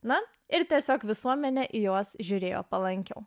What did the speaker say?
na ir tiesiog visuomenė į juos žiūrėjo palankiau